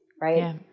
right